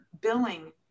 billing